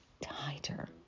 tighter